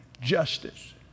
justice